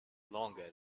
longer